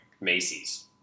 Macy's